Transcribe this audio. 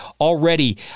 already